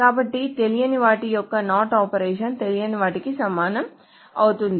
కాబట్టి తెలియని వాటి యొక్క NOT ఆపరేషన్ తెలియని వాటికి సమానం అవుతుంది